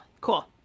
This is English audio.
Cool